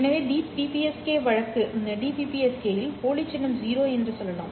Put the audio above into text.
எனவே DBPSK வழக்கு போலி சின்னம் 0 என்று சொல்லலாம்